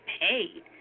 paid